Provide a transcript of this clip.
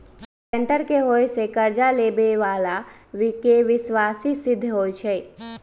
guarantor के होय से कर्जा लेबेय बला के विश्वासी सिद्ध होई छै